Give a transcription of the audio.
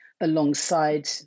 alongside